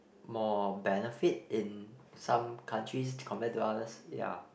more benefit in some countries compared to others ya